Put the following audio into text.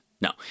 No